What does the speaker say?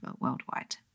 worldwide